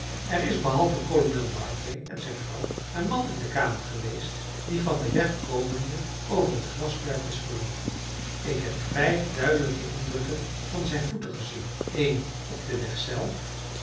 er is behalve kolonel barclay en zijn vrouw een man in de kamer geweest die van den weg komende over het grasperk is geloopen ik heb vijf duidelijke indrukken van zijn voeten gezien een op den weg zelf